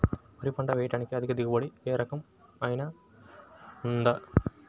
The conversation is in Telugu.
వరి పంట వేయటానికి అధిక దిగుబడి రకం ఏమయినా ఉందా?